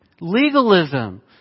legalism